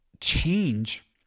change